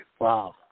Wow